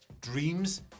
Dreams